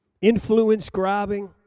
influence-grabbing